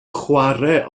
chwarae